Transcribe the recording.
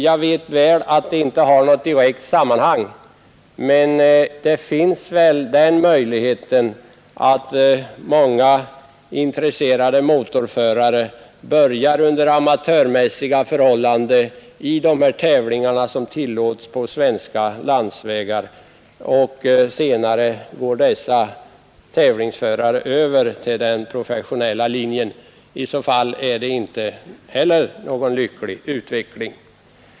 Jag vet att det inte har något direkt sammanhang, men den möjligheten finns att många intresserade motorförare börjar under amatörmässiga förhållanden i de tävlingar som tillåts på svenska landsvägar. Senare går dessa förare över till den professionella linjen. Det är i så fall inte heller någon lycklig utveckling.